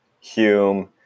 Hume